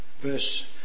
verse